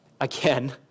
again